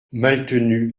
maltenu